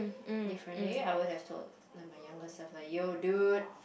differently I would have told like my younger self like yo dude